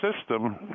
system